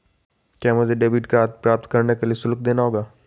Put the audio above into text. क्या मुझे debit card प्राप्त करने के लिए शुल्क देना होगा?